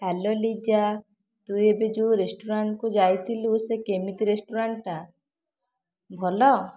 hello Liza ତୁ ଏବେ ଯେଉଁ ରେଷ୍ଟୁରାଣ୍ଟ୍କୁ ଯାଇଥିଲୁ ସେ କେମିତି ରେଷ୍ଟୁରାଣ୍ଟ୍ଟା ଭଲ